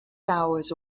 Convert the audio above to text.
hours